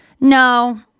no